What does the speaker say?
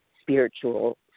spiritual